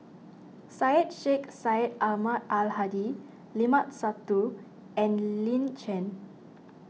Syed Sheikh Syed Ahmad Al Hadi Limat Sabtu and Lin Chen